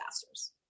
disasters